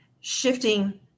shifting